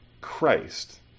Christ